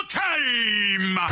time